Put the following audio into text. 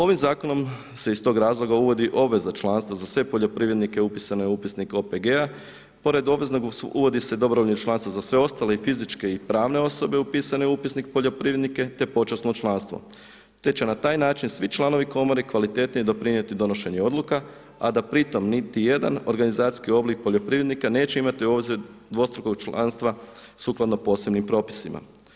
Ovim zakonom se iz tog razloga uvodi obveza članstva za sve poljoprivrednike upisane u upisnik OPG-a, pored obveznog uvodi se dobrovoljno članstvo za sve ostale i fizičke i pravne osobe upisane u upisnik poljoprivrednika te počasno članstvo te će na taj način svi članovi komore kvalitetnije doprinijeti donošenju odluka a da pri tome niti jedan organizacijski oblik poljoprivrednika neće imati … dvostrukog članstva sukladno posebnim propisima.